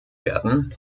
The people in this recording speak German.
werden